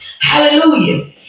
Hallelujah